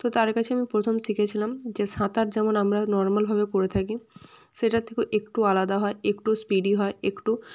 তো তার কাছে আমি প্রথম শিখেছিলাম যে সাঁতার যেমন আমরা নর্মালভাবে করে থাকি সেটার থেকেও একটু আলাদা হয় একটু স্পিডি হয় একটু